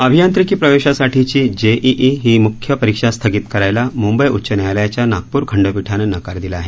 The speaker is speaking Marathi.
अभियांत्रिकी प्रवेशासाठीची जेईई ही मुख्य परीक्षा स्थगित करायला मुंबई उच्च न्यायालयाच्या नागपूर खंडपीठानं नकार दिला आहे